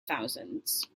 thousands